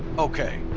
okay.